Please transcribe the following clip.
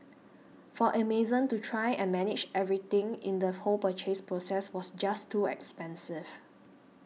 for Amazon to try and manage everything in the whole purchase process was just too expensive